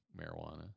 marijuana